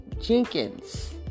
Jenkins